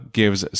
gives